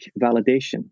validation